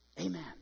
amen